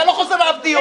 אתה לא חוזר לאף דיון.